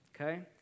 okay